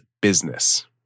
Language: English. business